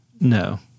No